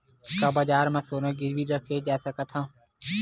का बजार म सोना गिरवी रखे जा सकत हवय?